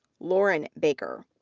lauren baker.